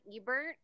Ebert